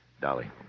Dolly